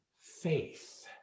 faith